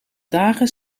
dagen